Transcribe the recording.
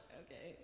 okay